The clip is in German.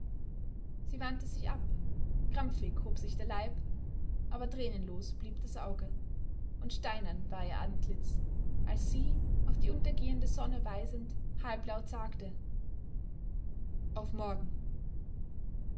sie wandte sich ab krampfig hob sich der leib aber tränenlos blieb das auge und steinern war ihr antlitz als sie auf die untergehende sonne weisend halblaut sagte auf morgen